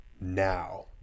now